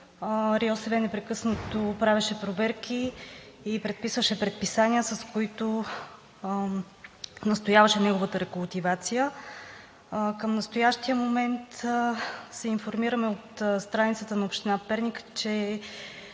РИОСВ непрекъснато правеше проверки и даваше предписания, с които настояваше неговата рекултивация. Към настоящия момент се информираме от страницата на община Перник, че